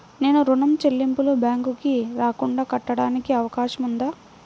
నేను ఋణం చెల్లింపులు బ్యాంకుకి రాకుండా కట్టడానికి అవకాశం ఉందా?